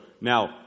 now